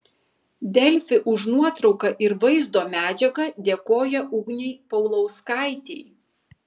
delfi už nuotrauką ir vaizdo medžiagą dėkoja ugnei paulauskaitei